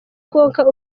konka